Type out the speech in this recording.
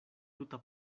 tuta